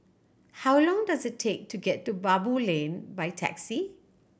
how long does it take to get to Baboo Lane by taxi